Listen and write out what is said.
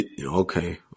Okay